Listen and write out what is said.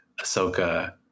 Ahsoka